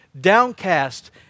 downcast